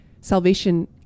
salvation